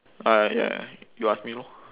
uh ya you ask me lor